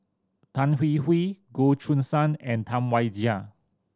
Tan Hwee Hwee Goh Choo San and Tam Wai Jia